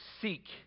seek